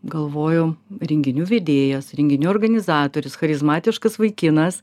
galvojau renginių vedėjas renginių organizatorius charizmatiškas vaikinas